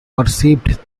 perceived